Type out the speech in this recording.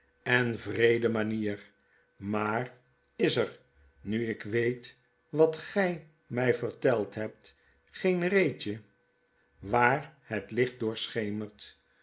en wreede manier maar is er nu ik weet wat gfl mij verteld hebt geen reetje waar het licht doorschemert